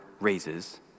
raises